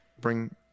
bring